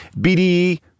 BDE